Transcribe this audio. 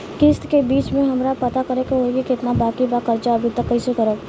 किश्त के बीच मे हमरा पता करे होई की केतना बाकी बा कर्जा अभी त कइसे करम?